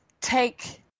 take